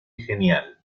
genial